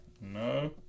No